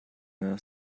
this